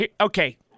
okay